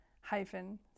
hyphen